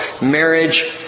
marriage